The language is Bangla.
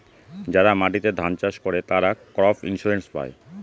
যারা মাটিতে ধান চাষ করে, তারা ক্রপ ইন্সুরেন্স পায়